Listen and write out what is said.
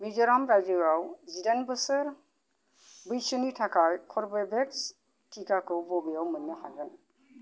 मिज'राम रायजोआव जिदाइन बोसोर बैसोनि थाखाय कर्वेभेक्स टिकाखौ बबेयाव मोन्नो हागोन